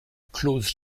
clause